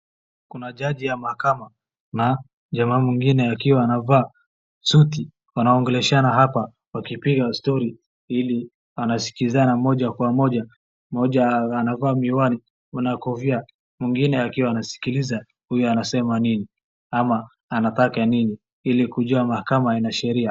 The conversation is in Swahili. Kuna jaji ya mahakama na jamaa mwingine akiwa anavaa suti, wanaongeleshana hapa wakipiga story ili anaskizana moja kwa moja. Mmoja anavaa miwani na kofia mwingine akiwa anasikiliza huyu anasema nini ama anataka nini ili kujua mahakama na sheria.